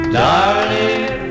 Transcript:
darling